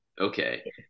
okay